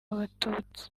abatutsi